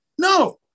No